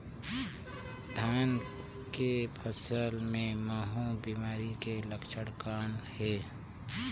धान के फसल मे महू बिमारी के लक्षण कौन हे?